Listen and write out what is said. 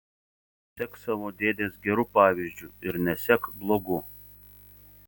sek savo dėdės geru pavyzdžiu ir nesek blogu